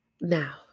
now